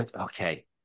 Okay